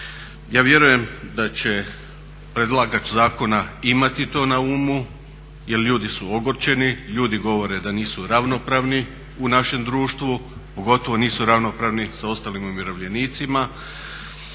Ja vjerujem da će predlagač zakona imati to na umu, jer ljudi su ogorčeni, ljudi govore da nisu ravnopravni u našem društvu, pogotovo nisu ravnopravni sa ostalim umirovljenicima,